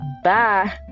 Bye